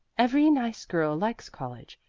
every nice girl likes college,